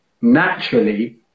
naturally